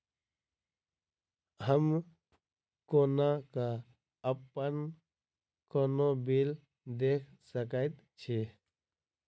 हम कोना कऽ अप्पन कोनो बिल देख सकैत छी?